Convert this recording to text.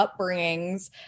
upbringings